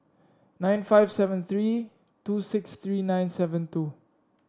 nine five seven three two six three nine seven two